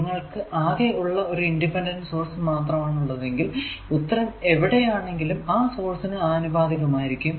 നിങ്ങൾക്കു ആകെ ഒരു ഇൻഡിപെൻഡന്റ് സോഴ്സ് മാത്രമാണ് ഉള്ളതെങ്കിൽ ഉത്തരം എവിടെയാണെങ്കിലും ആ സോഴ്സിന് ആനുപാതികമായിരിക്കും